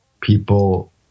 people